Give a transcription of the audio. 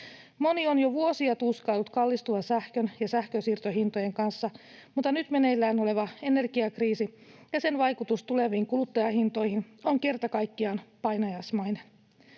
Moni on jo vuosia tuskaillut kallistuvan sähkön ja sähkönsiirtohintojen kanssa, mutta nyt meneillään oleva energiakriisi ja sen vaikutus tuleviin kuluttajahintoihin ovat kerta kaikkiaan painajaismaisia.